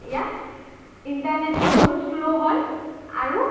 ইয়াত ইন্টাৰনেটটো বহুত শ্ল' হয় আৰু